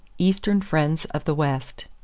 eastern friends of the west.